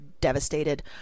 devastated